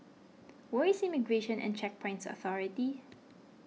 where is Immigration and Checkpoints Authority